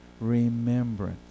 Remembrance